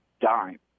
dime